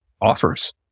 offers